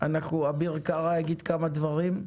אביר קארה יגיד כמה דברים.